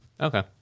Okay